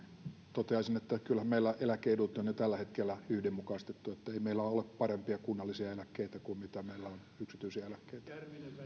toteaisin että kyllähän meillä eläke edut on jo tällä hetkellä yhdenmukaistettu eli ei meillä ole parempia kunnallisia eläkkeitä kuin mitä meillä on yksityisiä eläkkeitä